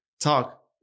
talk